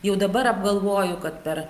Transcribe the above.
jau dabar apgalvoju kad per